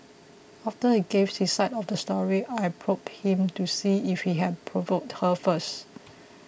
after he gave his side of the story I probed him to see if he had provoked her first